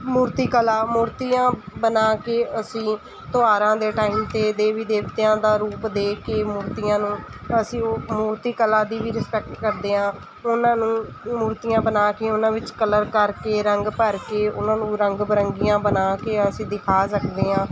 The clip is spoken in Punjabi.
ਮੂਰਤੀ ਕਲਾ ਮੂਰਤੀਆਂ ਬਣਾ ਕੇ ਅਸੀਂ ਤਿਓਹਾਰਾਂ ਦੇ ਟਾਈਮ 'ਤੇ ਦੇਵੀ ਦੇਵਤਿਆਂ ਦਾ ਰੂਪ ਦੇ ਕੇ ਮੂਰਤੀਆਂ ਨੂੰ ਉਹ ਅਸੀਂ ਮੂਰਤੀ ਕਲਾ ਦੀ ਵੀ ਰਿਸਪੈਕਟ ਕਰਦੇ ਹਾਂ ਉਹਨਾਂ ਨੂੰ ਮੂਰਤੀਆਂ ਬਣਾ ਕੇ ਉਹਨਾਂ ਵਿੱਚ ਕਲਰ ਕਰਕੇ ਰੰਗ ਭਰ ਕੇ ਉਹਨਾਂ ਨੂੰ ਰੰਗ ਬਿਰੰਗੀਆਂ ਬਣਾ ਕੇ ਅਸੀਂ ਦਿਖਾ ਸਕਦੇ ਹਾਂ